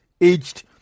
aged